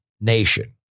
nation